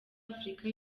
afurika